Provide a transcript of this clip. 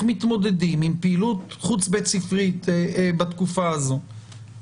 מתמודדים עם פעילות חוץ בית ספרית בתקופה הזאת.